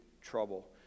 trouble